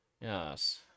yes